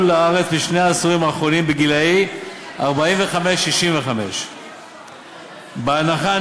לארץ בשני העשורים האחרונים בגילים 45 65. בהנחה,